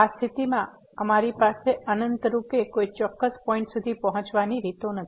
આ સ્થિતિમાં અમારી પાસે અનંત રૂપે કોઈ ચોક્કસ પોઈન્ટ સુધી પહોંચવાની રીતો છે